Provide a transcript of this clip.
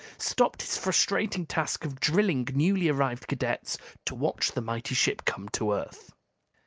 stopped his frustrating task of drilling newly arrived cadets to watch the mighty ship come to earth.